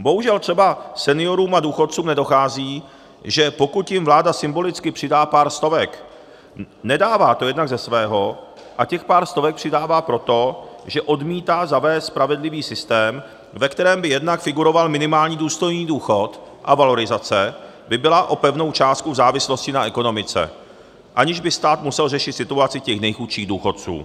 Bohužel třeba seniorům a důchodcům nedochází, že pokud jim vláda symbolicky přidá pár stovek, nedává to jednak ze svého, a těch pár stovek přidává proto, že odmítá zavést spravedlivý systém, ve kterém by jednak figuroval minimální důstojný důchod a valorizace by byla o pevnou částku v závislosti na ekonomice, aniž by stát musel řešit situaci těch nejchudších důchodců.